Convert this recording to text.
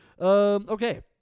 Okay